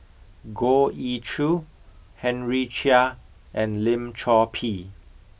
Goh Ee Choo Henry Chia and Lim Chor Pee